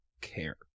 care